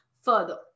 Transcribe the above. further